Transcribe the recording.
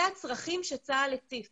אלה הצרכים שצה"ל הציף